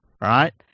right